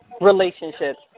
relationships